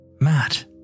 Matt